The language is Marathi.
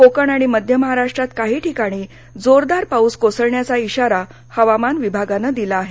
कोकण आणि मध्य महाराष्टात काही ठिकाणी जोरदार पाऊस कोसळण्याचा इशारा हवामान विभागानं दिला आहे